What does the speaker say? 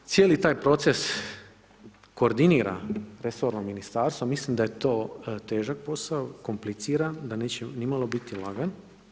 Cijeli taj proces koordinira resorno ministarstvo, mislim da je to težak posao, kompliciran da neće nimalo biti lagan.